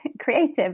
creative